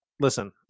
listen